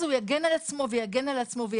ואז יצטרך להגן על עצמו, יש